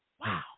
Wow